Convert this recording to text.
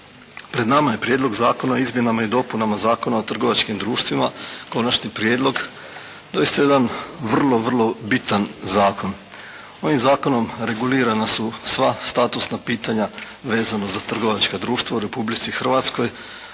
Pred nama je Prijedlog Zakona o izmjenama i dopunama Zakona o trgovačkim društvima, Konačni prijedlog, tj. jedan vrlo, vrlo bitan zakon. Ovim Zakonom regulirana su sva statusna pitanja vezano za trgovačka društva u Republici Hrvatskoj.